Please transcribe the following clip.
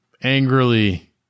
angrily